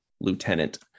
Lieutenant